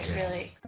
really.